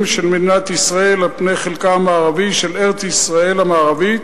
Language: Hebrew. של מדינת ישראל על פני חלקה המערבי של ארץ-ישראל המערבית,